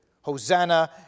Hosanna